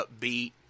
upbeat